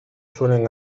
suelen